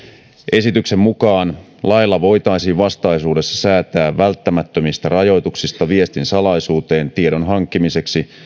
esityksen mukaan lailla voitaisiin vastaisuudessa säätää välttämättömistä rajoituksista viestin salaisuuteen tiedon hankkimiseksi